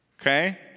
Okay